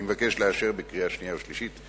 אני מבקש לאשר את הצעת החוק בקריאה שנייה ובקריאה שלישית.